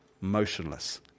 motionless